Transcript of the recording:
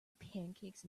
pancakes